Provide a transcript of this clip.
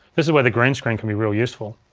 this is where the green screen can be really useful.